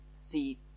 See